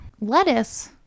lettuce